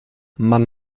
man